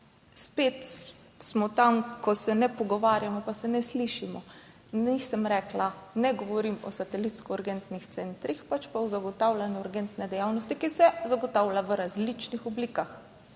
Spet smo tam, ko se ne pogovarjamo, pa se ne slišimo. Nisem rekla, ne govorim o satelitsko urgentnih centrih, pač pa o zagotavljanju urgentne dejavnosti, ki se zagotavlja v različnih oblikah.